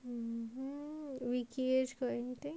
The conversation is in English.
um hmm wiki got anything